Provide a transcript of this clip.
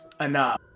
enough